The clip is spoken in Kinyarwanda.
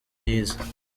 yize